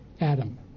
Adam